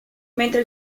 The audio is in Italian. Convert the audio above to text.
mentre